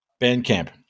Bandcamp